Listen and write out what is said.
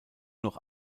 noch